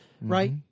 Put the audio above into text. right